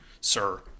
sir